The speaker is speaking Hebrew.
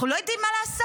אנחנו לא יודעים מה לעשות.